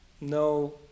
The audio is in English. no